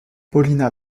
paulina